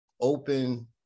open